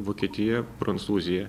vokietija prancūzija